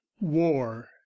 war